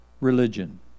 religion